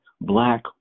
black